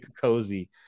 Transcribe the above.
cozy